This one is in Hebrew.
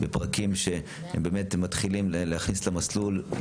בפרקים שמתחילים להיכנס למסלול.